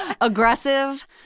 aggressive